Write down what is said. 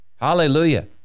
Hallelujah